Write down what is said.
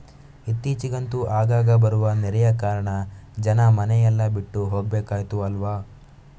ಇತ್ತೀಚಿಗಂತೂ ಆಗಾಗ ಬರುವ ನೆರೆಯ ಕಾರಣ ಜನ ಮನೆ ಎಲ್ಲ ಬಿಟ್ಟು ಹೋಗ್ಬೇಕಾಯ್ತು ಅಲ್ವಾ